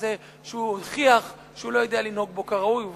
הזה שהוא הוכיח שהוא לא יודע לנהוג בו כראוי ובאחריות.